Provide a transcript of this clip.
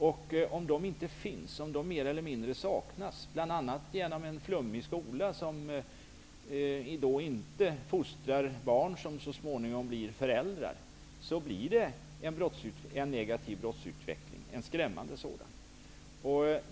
Om sådana inte finns eller om de mer eller mindre saknas, bl.a. på grund av en flummig skola som inte fostrar barn som så småningom blir föräldrar, leder det till en negativ brottsutveckling, en skrämmande sådan.